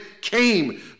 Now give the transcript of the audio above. came